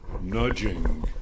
nudging